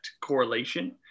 correlation